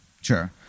Sure